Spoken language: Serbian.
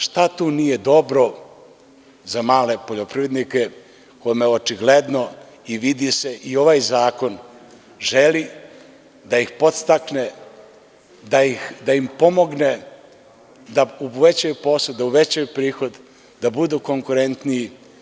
Šta tu nije dobro za male poljoprivrednike kome očigledno i ovaj zakon želi da podstakne da im pomogne da uvećaju posed, da uvećaju prihod, da budu konkurentniji.